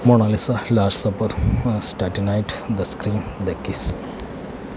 Mona Lisa last supper starry night the scream the kiss